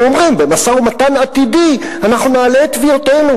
אנחנו אומרים: במשא-ומתן עתידי אנחנו נעלה את תביעותינו.